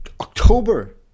October